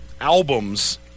albums